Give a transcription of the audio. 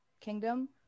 kingdom